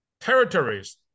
territories